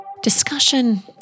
Discussion